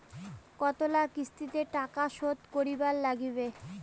কতোলা কিস্তিতে টাকা শোধ করিবার নাগীবে?